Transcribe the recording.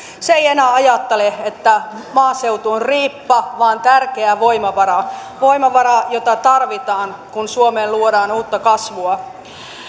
se ei enää ajattele että maaseutu on riippa vaan tärkeä voimavara voimavara jota tarvitaan kun suomeen luodaan uutta kasvua